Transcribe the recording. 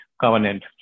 covenant